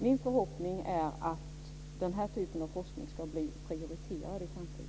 Min förhoppning är att den här typen av forskning ska bli prioriterad i framtiden.